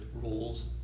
rules